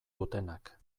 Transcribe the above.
dutenak